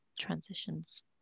transitions